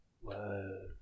Whoa